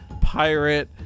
pirate